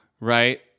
Right